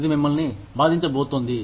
ఇది మిమ్మల్ని బాధించబోతోంది